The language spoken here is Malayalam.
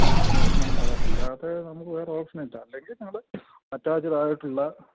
ആ നടന്ന് വരണം അതല്ലാതെ നമുക്ക് വേറെ ഓപ്ഷന ഇല്ല അല്ലെങ്കിൽ നിങ്ങൾ അറ്റാച്ചഡ് ആയിട്ടുള്ള